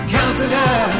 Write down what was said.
Counselor